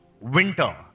winter